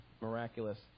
miraculous